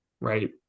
Right